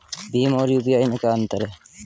भीम और यू.पी.आई में क्या अंतर है?